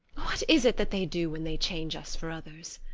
what is it that they do when they change us for others?